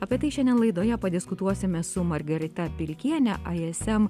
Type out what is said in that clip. apie tai šiandien laidoje padiskutuosime su margarita pilkienė ism